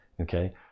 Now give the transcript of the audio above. okay